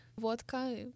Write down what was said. vodka